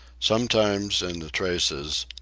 sometimes, in the traces,